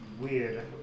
weird